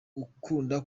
ukunda